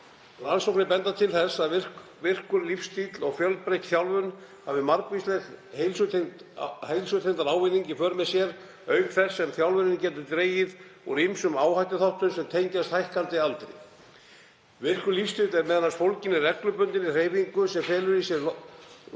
Rannsóknir benda til þess að virkur lífsstíll og fjölbreytt þjálfun hafi margvíslegan heilsutengdan ávinning í för með sér auk þess sem þjálfunin getur dregið úr ýmsum áhættuþáttum sem tengjast hækkandi aldri. Virkur lífsstíll er m.a. fólginn í reglubundinni hreyfingu sem felur í sér